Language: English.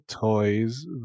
toys